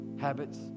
Habits